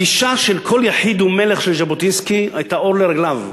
הגישה של "כל יחיד הוא מלך" של ז'בוטינסקי הייתה נר לרגליו.